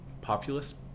populist